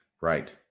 Right